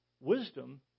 Wisdom